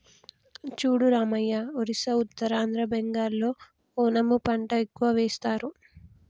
చూడు రామయ్య ఒరిస్సా ఉత్తరాంధ్ర బెంగాల్లో ఓనము పంట ఎక్కువ వేస్తారు